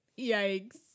Yikes